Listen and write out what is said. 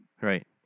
Right